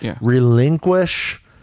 relinquish